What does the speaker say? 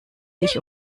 sich